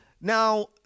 Now